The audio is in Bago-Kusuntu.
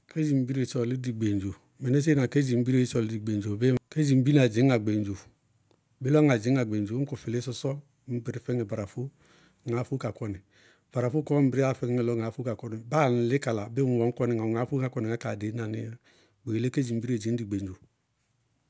Kedzimbiree sɔɔlɩ dɩ gbeŋdzo. Mɩnɩsɩɩ na kedzimbiree sɔɔlɩ dɩ gbeŋdzo. Kedzimbinaá. Bé lɔ ŋadzɩñ ŋá gbeŋdzo? Ñ kʋ fɩlɩ sɔsɔ, ŋñ kperi fɛŋɛ barafó, ŋáá fóé ka kɔnɩ. Barafó kɔɔ ŋŋ bɩrɩyá fɛŋɛ lɔ ŋaá fóe ka kɔnɩ, báa ŋlɩ kala, bɩɩ ŋ wɛ ŋñkɔnɩ ŋawɛ ŋaá fóe ŋá kɔnɩ kaa deñna nɩɩyá. Bʋ yelé kedzimbire dzɩñ dɩ gbeŋdzo.